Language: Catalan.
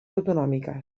autonòmiques